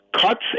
cuts